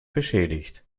beschädigt